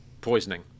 poisoning